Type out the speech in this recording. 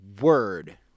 word